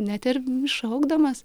net ir šaukdamas